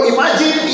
Imagine